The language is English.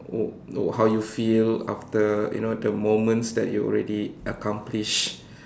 uh how you feel after you know the moments that you already accomplished